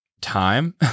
time